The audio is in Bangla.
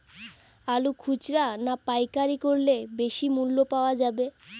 আলু খুচরা না পাইকারি করলে বেশি মূল্য পাওয়া যাবে?